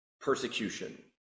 persecution